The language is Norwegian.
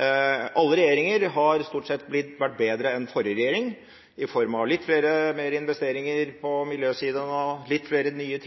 Alle regjeringer har stort sett vært bedre enn forrige regjering i form av litt flere investeringer på miljøsiden, litt flere nye